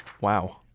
Wow